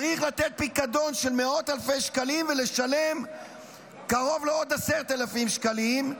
צריך לתת פיקדון של מאות אלפי שקלים ולשלם עוד קרוב ל-10,000 שקלים,